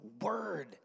word